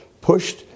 pushed